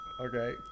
Okay